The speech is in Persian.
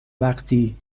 وقتی